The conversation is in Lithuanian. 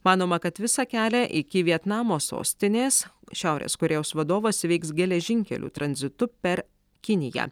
manoma kad visą kelią iki vietnamo sostinės šiaurės korėjos vadovas įveiks geležinkeliu tranzitu per kiniją